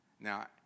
Now